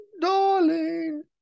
darling